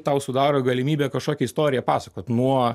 tau sudaro galimybę kažkokią istoriją pasakot nuo